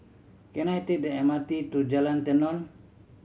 can I take the M R T to Jalan Tenon